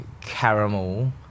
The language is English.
caramel